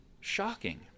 shocking